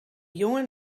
jongen